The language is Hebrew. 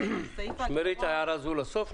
סעיף ההגדרות --- שמרי את ההערה הזו לסוף.